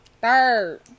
third